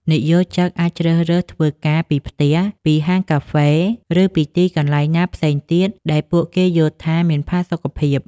និយោជិតអាចជ្រើសរើសធ្វើការពីផ្ទះ ពីហាងកាហ្វេ ឬពីកន្លែងណាផ្សេងទៀតដែលពួកគេយល់ថាមានផាសុកភាព។